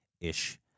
ish